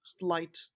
light